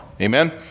amen